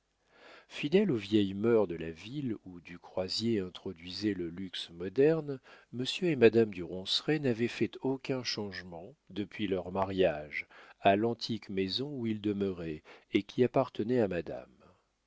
fidèles aux vieilles mœurs de la ville où du croisier introduisait le luxe moderne monsieur et madame du ronceret n'avaient fait aucun changement depuis leur mariage à l'antique maison où ils demeuraient et qui appartenait à madame